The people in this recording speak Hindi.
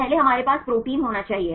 पहले हमारे पास प्रोटीन होना चाहिए